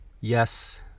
yes